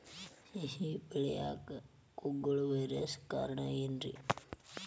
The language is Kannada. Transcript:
ಸಸಿ ಬೆಳೆಯಾಕ ಕುಗ್ಗಳ ವೈರಸ್ ಕಾರಣ ಏನ್ರಿ?